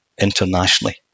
internationally